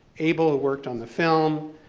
able, who worked on the film.